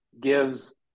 gives